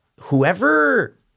Whoever